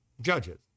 judges